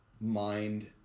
mind